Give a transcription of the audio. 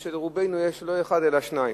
כי לרובנו יש לא אחד אלא שניים.